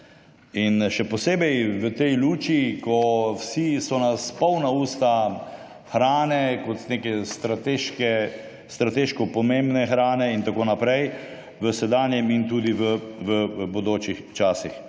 In še posebej v tej luči, ko vsi so nas polna usta hrane, kot neke strateško pomembne hrane in tako naprej, v sedanjem in tudi v bodočih časih.